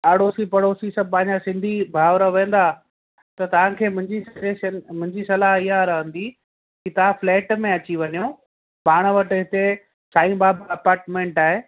आड़ोसी पड़ोसी सभु पंहिंजा सिंधी भाउर वेंदा त तव्हांखे मुंहिंजी सजेशन मुंहिंजी सलाहु इहा रहंदी के तव्हां फ़िलेट में अची वञो पाण वटि हिते साईं बाबा अपार्टमेंट आहे